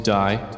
die